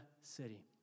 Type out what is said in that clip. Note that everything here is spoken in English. city